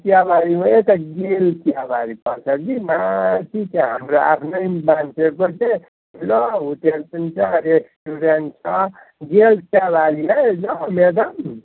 चियाबारी हो यता गेल चियाबारी पर्छ कि माथि छ हाम्रो आफ्नै मान्छेको चाहिँ ठुलो होटल पनि छ रेस्टुरेन्ट छ गेल चियाबारी है ल मेडम